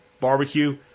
Barbecue